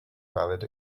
valid